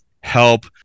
help